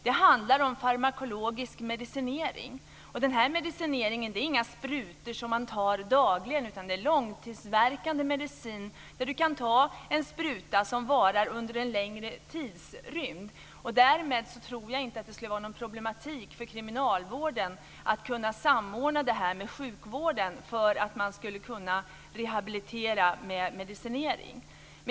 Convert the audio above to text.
Det handlar om farmakologisk medicinering och då är det inte fråga om sprutor som man tar dagligen, utan det handlar om långtidsverkande medicin. Man kan ta en spruta som varar under en längre tidrymd. Därmed tror jag inte att detta skulle vara problematiskt för kriminalvården när det gäller möjligheterna att samordna detta med sjukvården för att kunna rehabilitera med medicinering.